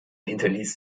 hinterließ